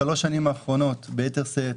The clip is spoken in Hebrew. בשלוש השנים האחרונות ביתר שאת,